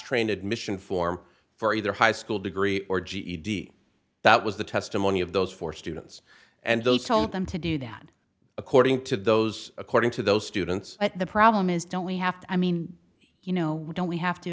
train admission form for either high school degree or ged that was the testimony of those four students and those told them to do that according to those according to those students at the problem is don't we have to i mean you know we don't we have to